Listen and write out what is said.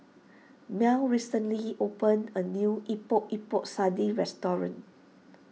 Mell recently opened a new Epok Epok Sardin restaurant